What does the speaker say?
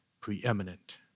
preeminent